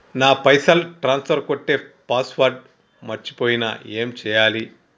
నా పైసల్ ట్రాన్స్ఫర్ కొట్టే పాస్వర్డ్ మర్చిపోయిన ఏం చేయాలి?